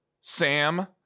sam